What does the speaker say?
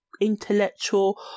intellectual